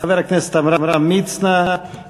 חבר הכנסת עמרם מצנע,